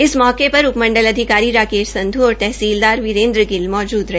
इस मौकेपर उप मंडल अधिकारी राकेश संधू और तहसीलदार वीरेन्द्र गिल मौजूद रहे